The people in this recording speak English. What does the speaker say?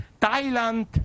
Thailand